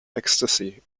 ecstasy